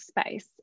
space